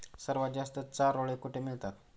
सर्वात जास्त चारोळी कुठे मिळतात?